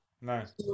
Nice